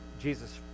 Jesus